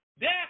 death